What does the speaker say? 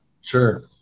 Sure